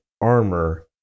armor